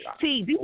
See